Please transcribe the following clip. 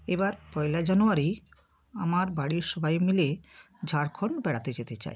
এবার পয়লা জানুয়ারি আমার বাড়ির সবাই মিলে ঝাড়খন্ড বেড়াতে যেতে চাই